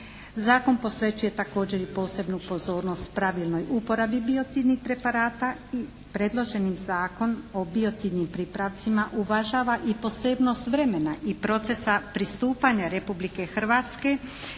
Zakon posvećuje također i posebnu pozornost pravilnoj uporabi biocidnih preparata i predloženi Zakon o bicidnim pripravcima uvažava i posebnost vremena i procesa pristupanja Republike Hrvatske